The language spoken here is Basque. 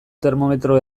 termometro